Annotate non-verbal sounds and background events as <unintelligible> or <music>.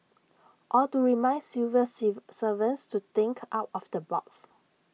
or to remind civil <unintelligible> servants to think out of the box